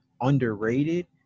underrated